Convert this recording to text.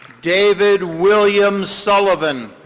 david williams sullivan.